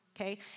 okay